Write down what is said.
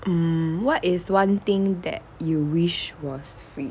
mm what is one thing that you wish was free